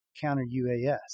counter-UAS